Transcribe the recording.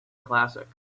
classic